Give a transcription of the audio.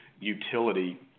utility